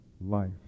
life